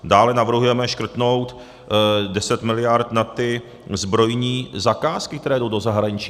Dále navrhujeme škrtnout 10 mld. na ty zbrojní zakázky, které jdou do zahraničí.